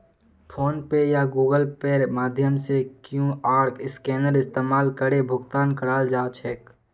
phone पे या Google पेर माध्यम से क्यूआर स्कैनेर इस्तमाल करे भुगतान कराल जा छेक